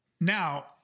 Now